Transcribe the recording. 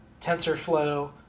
TensorFlow